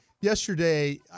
yesterday